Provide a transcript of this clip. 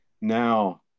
now